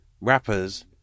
rappers